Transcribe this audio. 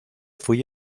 fui